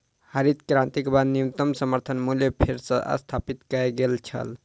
हरित क्रांति के बाद न्यूनतम समर्थन मूल्य फेर सॅ स्थापित कय गेल छल